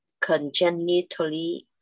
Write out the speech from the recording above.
congenitally